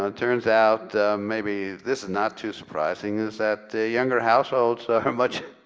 and turns out maybe, this is not too surprising is that the younger households are much